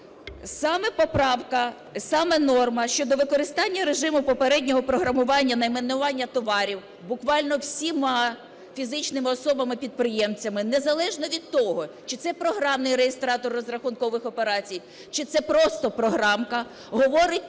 саме поправка, саме норма щодо використання режиму попереднього програмування найменування товарів буквально всіма фізичними особами-підприємцями, незалежно від того, чи це програмний реєстратор розрахункових операцій, чи це просто програмка, говорить